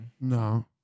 No